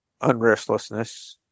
unrestlessness